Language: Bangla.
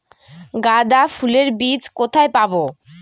গাঁদা ফুলের বীজ কোথায় পাবো?